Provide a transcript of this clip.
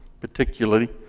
particularly